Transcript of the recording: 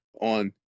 on